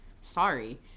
sorry